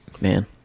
Man